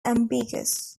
ambiguous